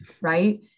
Right